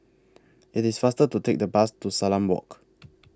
IT IS faster to Take The Bus to Salam Walk